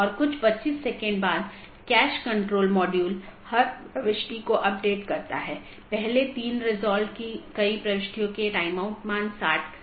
तो एक BGP विन्यास एक ऑटॉनमस सिस्टम का एक सेट बनाता है जो एकल AS का प्रतिनिधित्व करता है